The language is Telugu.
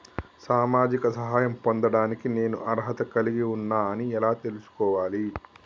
సామాజిక సహాయం పొందడానికి నేను అర్హత కలిగి ఉన్న అని ఎలా తెలుసుకోవాలి?